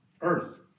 earth